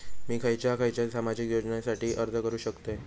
मी खयच्या खयच्या सामाजिक योजनेसाठी अर्ज करू शकतय?